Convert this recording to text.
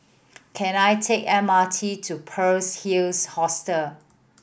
can I take M R T to Pearl's Hills Hostel